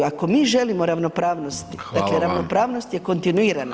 Ako mi želimo ravnopravnost, dakle ravnopravnost je kontinuirana.